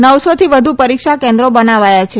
નવસોથી વધુ પરીક્ષા કેન્દ્રો બનાવાયા છે